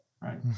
right